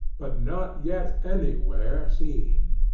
but not yet anywhere seen.